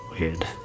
weird